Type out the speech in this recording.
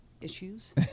issues